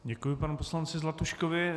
Děkuji panu poslanci Zlatuškovi.